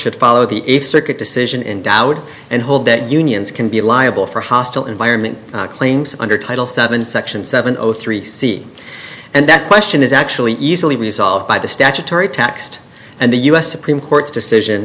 should follow the circuit decision in doubt and hold that unions can be liable for hostile environment claims under title seven section seven zero three c and that question is actually easily resolved by the statutory taxed and the us supreme court's decision